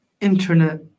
internet